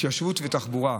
התיישבות ותחבורה,